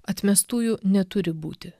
atmestųjų neturi būti